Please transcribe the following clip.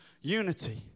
unity